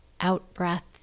out-breath